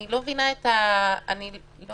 אני לא